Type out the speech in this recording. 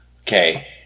Okay